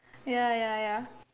ya ya ya